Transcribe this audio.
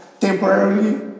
temporarily